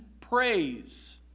praise